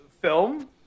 film